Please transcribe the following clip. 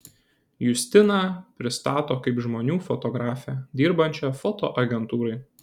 justiną pristato kaip žmonių fotografę dirbančią fotoagentūrai